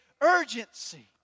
urgency